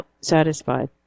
satisfied